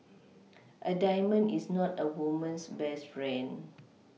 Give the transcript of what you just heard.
a diamond is not a woman's best friend